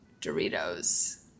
Doritos